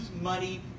money